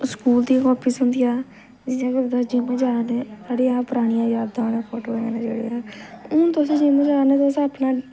school दी copy होंदियां जिद्धर बी जा'रने साढ़ियां परानियां यादां न फोटज कन्नै हून तुस जियां जा'रने तुस अपना